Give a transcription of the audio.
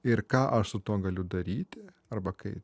ir ką aš su tuo galiu daryti arba kai